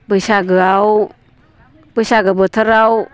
बैसागोआव बैसागो बोथोराव